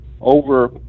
Over